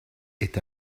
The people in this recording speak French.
est